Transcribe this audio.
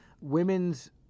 Women's